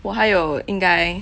我还有应该